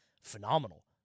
phenomenal